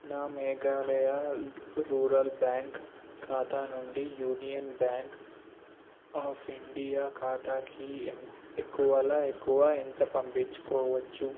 నా Meghalaya Rural Bank ఖాతా నుండి యూనియన్ బ్యాంక్ ఆఫ్ ఇండియా ఖాతాకి ఎంత ఎక్కువలో ఎక్కువ ఎంత పంపించుకోవచ్చు